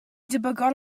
debygol